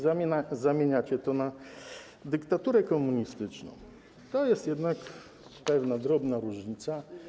zamieniacie to na dyktaturę komunistyczną, to jest jednak pewna drobna różnica.